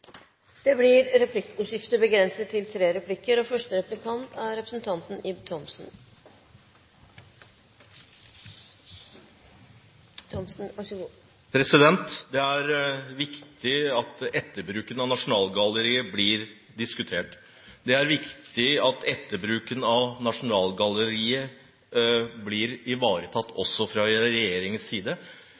Det blir replikkordskifte. Det er viktig at etterbruken av Nasjonalgalleriet blir diskutert. Det er viktig at etterbruken av Nasjonalgalleriet blir ivaretatt også fra regjeringens side,